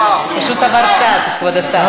פשוט עבר צד, כבוד השר.